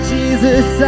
Jesus